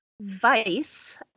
vice